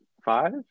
five